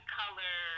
color